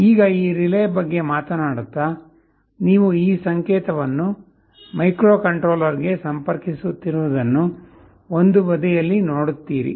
ಈಗ ಈ ರಿಲೇ ಬಗ್ಗೆ ಮಾತನಾಡುತ್ತಾ ನೀವು ಈ ಸಂಕೇತವನ್ನು ಮೈಕ್ರೊಕಂಟ್ರೋಲರ್ಗೆ ಸಂಪರ್ಕಿಸುತ್ತಿರುವುದನ್ನು ಒಂದು ಬದಿಯಲ್ಲಿ ನೋಡುತ್ತೀರಿ